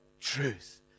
Truth